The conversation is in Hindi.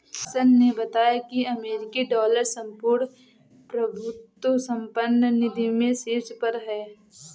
किशन ने बताया की अमेरिकी डॉलर संपूर्ण प्रभुत्व संपन्न निधि में शीर्ष पर है